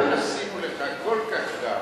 מה עשינו לך כל כך רע